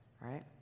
right